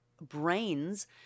brains